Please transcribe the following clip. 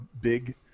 big